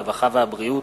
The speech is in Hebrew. הרווחה והבריאות.